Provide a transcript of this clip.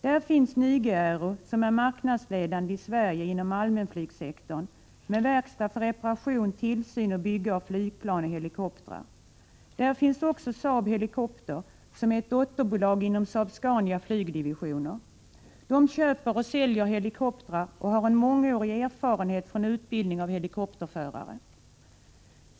Där finns Nyge-Aero AB, som är marknadsledande i Sverige inom allmänflygsektorn med verkstad för reparation, tillsyn och bygge av flygplan och helikoptrar. Där finns också Saab Helikopter AB, som är ett dotterbolag inom Saab-Scanias flygdivision. Saab Helikopter köper och säljer helikoptrar och har en mångårig erfarenhet från utbildning av helikopterförare.